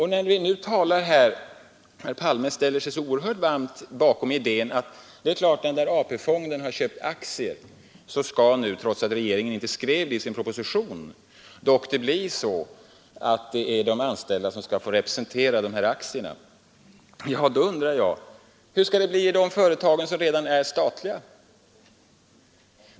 Herr Palme ställer sig glatt bakom idéen att när AP-fonden har köpt aktier så skall — trots att regeringen inte skrivit det i sin proposition — de anställda få representera aktierna. Men hur skall det bli i de företag som redan är statliga?